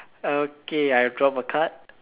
okay I drop a card